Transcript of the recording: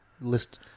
List